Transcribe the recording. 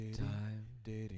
time